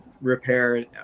repair